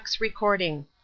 recording